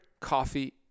coffee